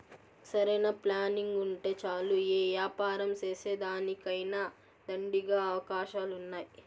సరైన ప్లానింగుంటే చాలు యే యాపారం సేసేదానికైనా దండిగా అవకాశాలున్నాయి